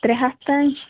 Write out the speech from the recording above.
ترےٚ ہتھ تانۍ